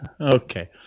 Okay